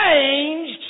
changed